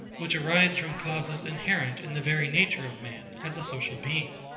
which arise from causes inherent in the very nature of man as a social being,